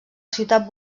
ciutat